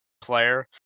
player